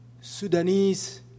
Sudanese